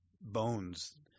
bones